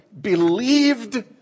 believed